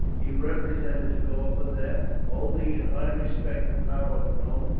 he represented to galba that, holding in high respect the power of rome,